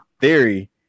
Theory